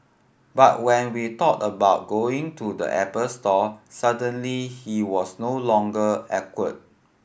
but when we thought about going to the Apple store suddenly he was no longer awkward